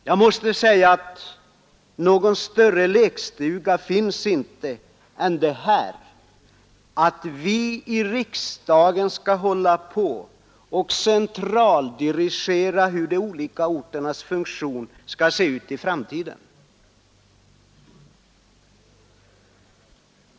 Jag måste säga att någon större lekstuga finns inte än det här att vi i riksdagen skall hålla på att centraldirigera hur de olika orternas funktion skall se ut i framtiden.